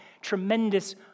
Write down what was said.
tremendous